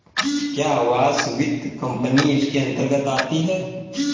क्या आवास वित्त कंपनी इसके अन्तर्गत आती है?